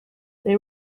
they